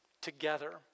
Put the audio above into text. together